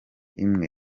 imwe